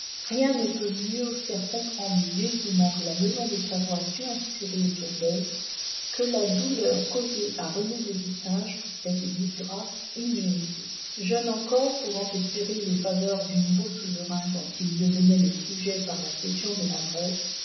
rien ne ne peut mieux faire comprendre les dévouements que la maison de savoie a su inspirer autour d'elle que la douleur causée à réné de lucinge par cette disgrâce imméritée jeune encore pouvant espérer les faveurs du nouveau souverain dont il devenait le sujet par la cession de la bresse